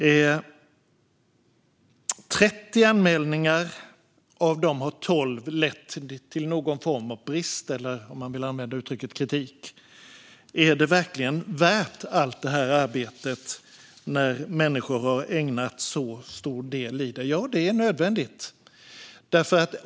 Det har inkommit 30 anmälningar, och av dem har 12 lett till någon form av påpekande av brister, eller kritik, om man vill använda det uttrycket. Är det verkligen värt allt detta arbete? Ja, det är nödvändigt.